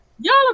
y'all